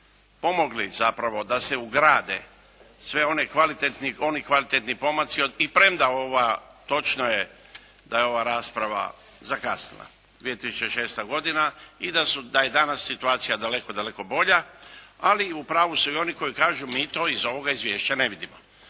pomogli zapravo da se ugrade svi oni kvalitetni pomaci i premda ova točno je da je ova rasprava zakasnila 2006. godina i da je danas situacija daleko, daleko bolja. Ali u pravu su i oni koji kažu mi to iz ovoga izvješća ne vidimo.